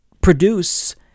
produce